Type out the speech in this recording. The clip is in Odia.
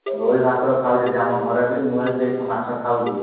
ରୋହି ଭାକୁର ଖାଉଛନ୍ତି ଆମ ଘରେ ବି ମୁଁ ବି ସେ ମାଛ ଖାଉଛି